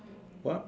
what